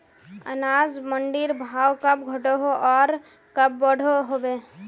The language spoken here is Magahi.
अनाज मंडीर भाव कब घटोहो आर कब बढ़ो होबे?